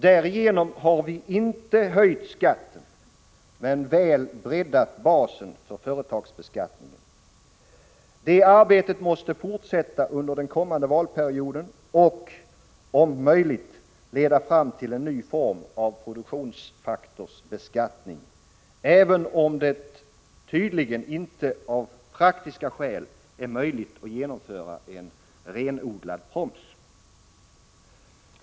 Därigenom har vi inte höjt skatten men väl breddat basen för företagsbeskattningen. Detta arbete måste fortsätta under den kommande valperioden och om möjligt leda fram till en ny form av produktionsfaktorsbeskattning — även om det av praktiska skäl tydligen inte är möjligt att genomföra en renodlad PROMS.